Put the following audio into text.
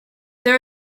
there